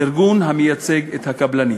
ארגון המייצג את הקבלנים.